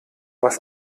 was